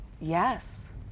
Yes